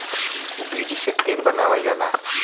बीज से तेल बनावल जाला